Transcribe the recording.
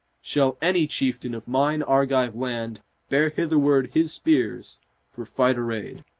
shall any chieftain of mine argive land bear hitherward his spears for fight arrayed.